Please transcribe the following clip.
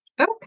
Okay